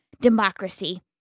democracy